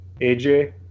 AJ